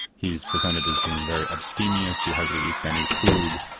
he's presented as being very abstemious, he hardly eats any food,